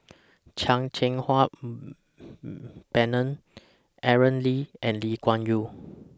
Chan Cheng Wah Bernard Aaron Lee and Lee Kuan Yew